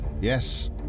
Yes